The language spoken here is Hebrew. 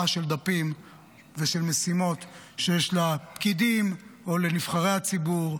של דפים ושל משימות שיש לפקידים או לנבחרי הציבור,